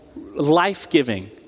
life-giving